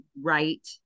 right